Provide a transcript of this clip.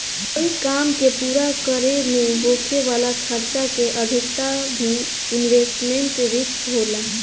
कोई काम के पूरा करे में होखे वाला खर्चा के अधिकता भी इन्वेस्टमेंट रिस्क होला